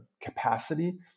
capacity